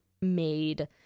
made